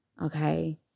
Okay